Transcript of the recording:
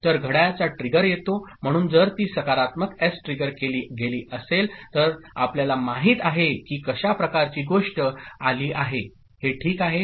तर घड्याळाचा ट्रिगर येतो म्हणूनजरतीसकारात्मक एस ट्रिगर केली गेलीअसेल तरआपल्याला माहित आहे कीकशा प्रकारचीगोष्टआली आहेहेठीक आहे